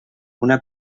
una